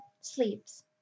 sleeps